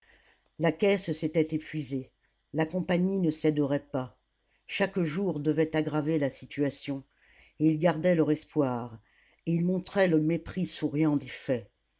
la caisse s'était épuisée la compagnie ne céderait pas chaque jour devait aggraver la situation et ils gardaient leur espoir et ils montraient le mépris souriant